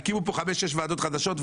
הקימו פה חמש-שש ועדות חדשות,